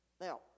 Now